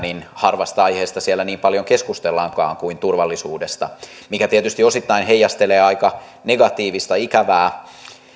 harvasta aiheesta siellä niin paljon keskustellaankaan kuin turvallisuudesta se tietysti osittain heijastelee aika negatiivista ikävää